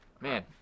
Man